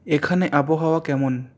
এখানে আবহাওয়া কেমন